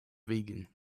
vegan